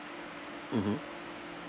mmhmm